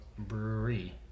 Brewery